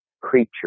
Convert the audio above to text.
creature